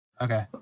Okay